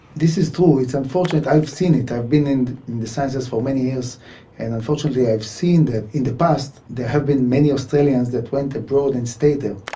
this is true. it's unfortunate, i've seen it, i've been in in the sciences for many years and unfortunately i've seen that in the past there have been many australians that went abroad and stayed there.